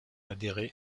adhéré